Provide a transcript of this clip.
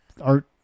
art